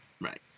Right